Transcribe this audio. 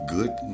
Good